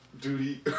duty